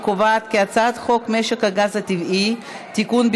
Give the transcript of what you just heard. את הצעת חוק משק הגז הטבעי (תיקון,